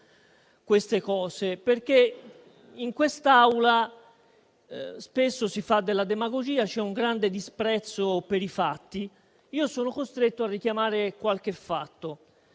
queste cose perché in quest'Aula spesso si fa della demagogia e c'è un grande disprezzo per i fatti. Io sono costretto a richiamare qualche fatto,